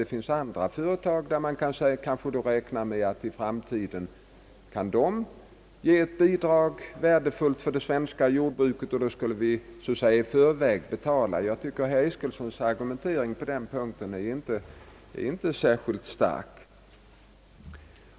Det finns andra företag som man kanske kan räkna med i framtiden kan ge ett bidrag, som är värdefullt för det svenska jordbruket. Enligt herr Isacsons uppfattning skall vi så att säga betala i förväg. Jag tycker hans argumentering på den punkten inte är särskilt stark.